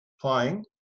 playing